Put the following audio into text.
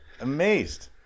Amazed